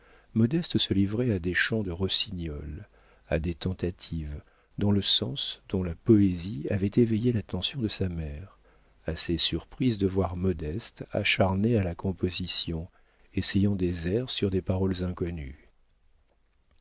modeste se livrait à des chants de rossignol à des tentatives dont le sens dont la poésie avait éveillé l'attention de sa mère assez surprise de voir modeste acharnée à la composition essayant des airs sur des paroles inconnues